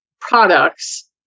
products